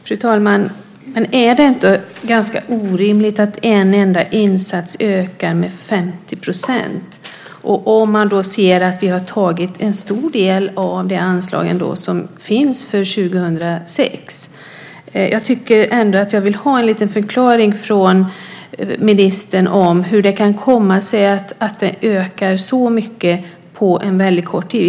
Fru talman! Är det inte ganska orimligt att en enda insats ökar med 50 % när man ser att vi har tagit en stor del av de anslag som finns för 2006? Jag tycker ändå att jag vill ha en liten förklaring från ministern om hur det kan komma sig att det ökar så mycket under en väldigt kort tid.